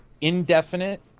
Indefinite